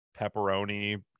pepperoni